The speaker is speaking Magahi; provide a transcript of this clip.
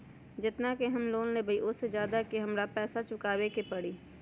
जेतना के हम लोन लेबई ओ से ज्यादा के हमरा पैसा चुकाबे के परी?